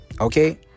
Okay